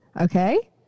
Okay